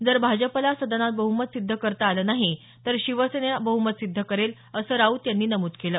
जर भाजपला सदनात बहुमत सिद्ध करता आलं नाही तर शिवसेना बहुमत सिद्ध करेल असं राऊत यांनी नमूद केलं